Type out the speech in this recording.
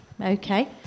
Okay